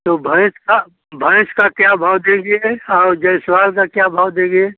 तो भैंस का भैंस का क्या भाव देंगे और जयश्वाल का क्या भाव देंगे